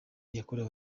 yakorewe